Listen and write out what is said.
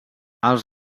els